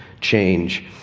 change